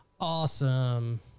awesome